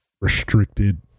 restricted